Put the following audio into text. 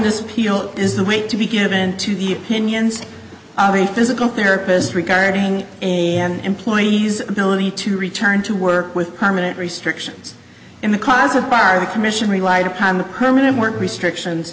this pill is the weight to be given to the opinions of a physical therapist regarding an employee's ability to return to work with permanent restrictions in the cause of prior commission relied upon the permanent work restrictions